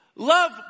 Love